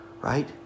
Right